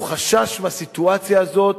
הוא חשש מהסיטואציה הזאת,